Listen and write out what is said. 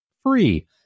free